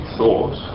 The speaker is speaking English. thought